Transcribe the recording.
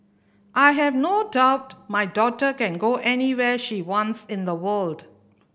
I have no doubt my daughter can go anywhere she wants in the world